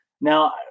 Now